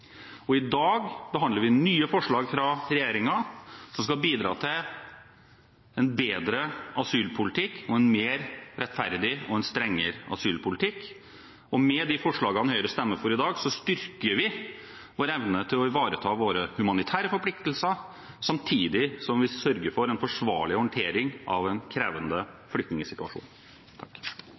I dag behandler vi nye forslag fra regjeringen som skal bidra til en bedre asylpolitikk og en mer rettferdig og strengere asylpolitikk. Med de forslagene Høyre stemmer for i dag, styrker vi vår evne til å ivareta våre humanitære forpliktelser samtidig som vi sørger for en forsvarlig håndtering av en krevende flyktningsituasjon.